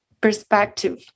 perspective